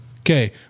Okay